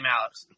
Alex